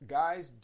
guys